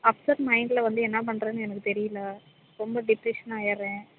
upset மைண்ட்டில வந்து என்னப் பண்ணுறதுன்னு எனக்கு தெரியல ரொம்ப டிப்ரேஷனாக ஆயிட்றேன்